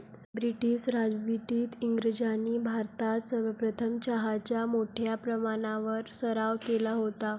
British राजवटीत इंग्रजांनी भारतात सर्वप्रथम चहाचा मोठ्या प्रमाणावर सराव केला होता